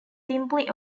simply